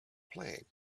playing